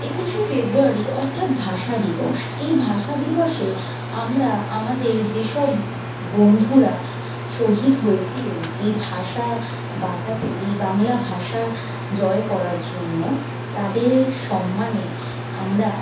একুশে ফেব্রুয়ারি অর্থাৎ ভাষা দিবস এই ভাষা দিবসে আমরা আমাদের যেসব বন্ধুরা শহীদ হয়েছিলেন এই ভাষা বাঁচাতে এই বাংলা ভাষার জয় করার জন্য তাদের সম্মানে আমরা